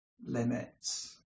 limits